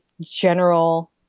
general